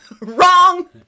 Wrong